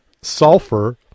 sulfur